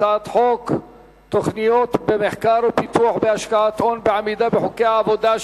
הצעת חוק התניית תמיכות במחקר ופיתוח בהשקעת הון בעמידה בחוקי העבודה,